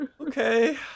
okay